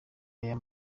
aya